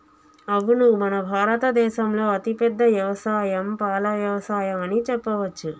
అవును మన భారత దేసంలో అతిపెద్ద యవసాయం పాల యవసాయం అని చెప్పవచ్చు